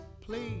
please